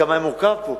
כמה היה מורכב פה,